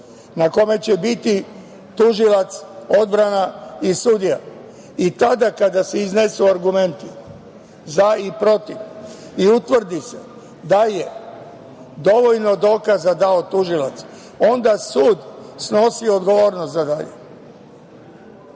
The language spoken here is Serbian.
na kome će biti tužilac, odbrana i sudija i tada kada se iznesu argumenti za i protiv i utvrdi se da je dovoljno dokaza dao tužilac, onda sud snosi odgovornost za dalje.